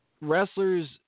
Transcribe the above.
Wrestlers